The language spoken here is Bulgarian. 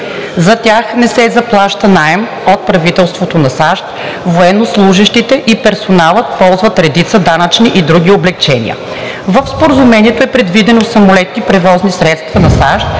За тях не се заплаща наем от правителството на САЩ, военнослужещите и персоналът ползват редица данъчни и други облекчения. В Споразумението е предвидено самолети и превозни средства на САЩ